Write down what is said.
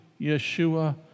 Yeshua